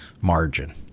margin